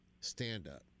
stand-up